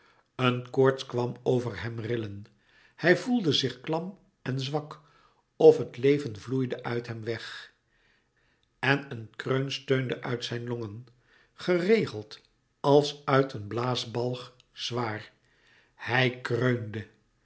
een koorts kwam over hem rillen hij voelde zich klam en zwak of het leven vloeide uit hem weg en een kreun steunde uit zijn longen geregeld als uit een blaasbalg zwaar hij kreunde